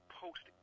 post